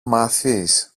μάθεις